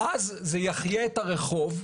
אז זה יחיה את הרחוב,